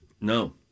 No